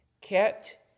kept